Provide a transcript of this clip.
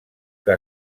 que